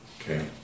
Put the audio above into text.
Okay